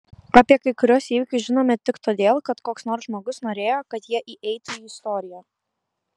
apie kai kuriuos įvykius žinome tik todėl kad koks nors žmogus norėjo kad jie įeitų į istoriją